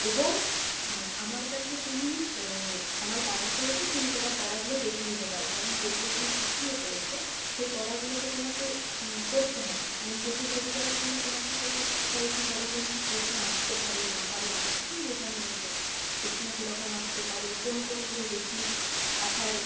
এবং আমার কাছে তুমি আমার বাড়িতে এসে তুমি তোমার পড়াগুলো দেখে নিতে পারো কারণ যেগুলো তুমি পিছিয়ে পড়েছো সেই পড়াগুলো তো তোমাকে করতে হবে এবং সেগুলো তৈরি করার জন্য তোমাকে সেগুলো শিখতে হবে কী ধরণের কী প্রশ্ন আসতে পারে না পারে অনেক কিছুই বোঝানো হয়েছে প্রশ্ন কীরকম আসতে পারে কোন কোনগুলো বেশি আসার